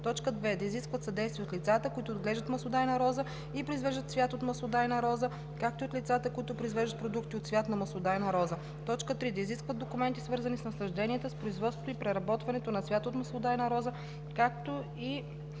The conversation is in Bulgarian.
роза; 2. да изискват съдействие от лицата, които отглеждат маслодайна роза и произвеждат цвят от маслодайна роза, както и от лицата, които произвеждат продукти от цвят на маслодайна роза; 3. да изискват документи, свързани с насажденията, с производството и преработването на цвят от маслодайна роза, както и